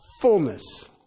fullness